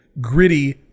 Gritty